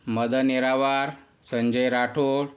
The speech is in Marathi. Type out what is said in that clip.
मदन निरावार संंजय राठोड